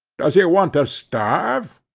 does he want to starve?